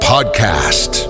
podcast